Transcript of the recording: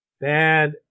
Bad